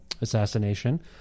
assassination